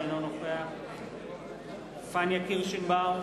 אינו נוכח פניה קירשנבאום,